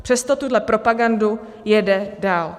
Přesto tuhle propagandu jede dál.